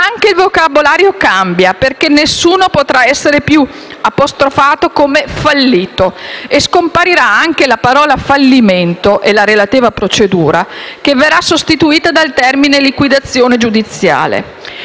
Anche il vocabolario cambia, perché nessuno potrà essere più apostrofato come «fallito» e scomparirà anche la parola «fallimento» e la relativa procedura, che verrà sostituita dal termine «liquidazione giudiziale».